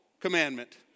commandment